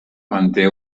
manté